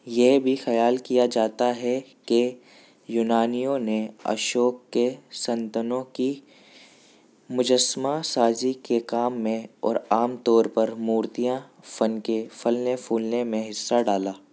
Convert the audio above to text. یہ بھی خیال کیا جاتا ہے کہ یونانیوں نے اشوک کے سنتانوں کی مجسمہ سازی کے کام میں اور عام طور پر مورتیاں فن کے پھلنے پھولنے میں حصہ ڈالا